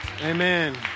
Amen